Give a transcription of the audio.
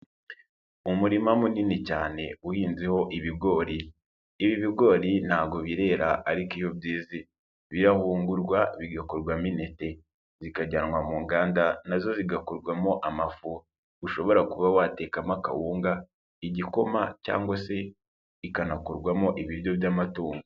Umurima munini cyane uhinzeho ibigori, ibi ibigori ntago birera ariko iyo byezi birahungurwa bigakorwamo intete, zikajyanwa mu nganda nazo zigakorwamo amafu, ushobora kuba watekamo akawunga, igikoma cyangwa se ikanakurwamo ibiryo by'amatungo.